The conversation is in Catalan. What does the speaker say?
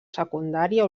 secundària